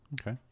okay